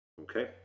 okay